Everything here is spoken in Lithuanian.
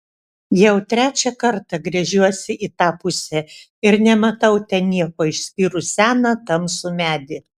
jau trečią kartą gręžiuosi į tą pusę ir nematau ten nieko išskyrus seną tamsų medį